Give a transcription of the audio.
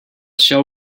shall